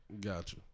Gotcha